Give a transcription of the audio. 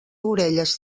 orelles